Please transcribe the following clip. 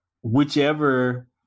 whichever